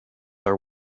are